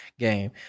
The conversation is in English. game